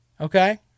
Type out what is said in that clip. Okay